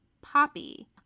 Poppy